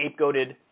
scapegoated